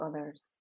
others